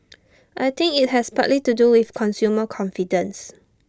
I think IT has partly to do with consumer confidence